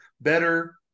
better